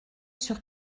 sur